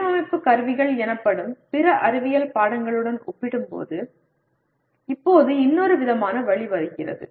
வடிவமைப்பு கருவிகள் எனப்படும் பிற அறிவியல் பாடங்களுடன் ஒப்பிடும்போது இப்போது இன்னொரு விதமான வழி வருகிறது